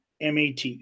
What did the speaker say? mat